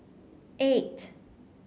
eight